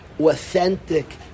authentic